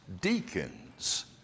deacons